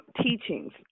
teachings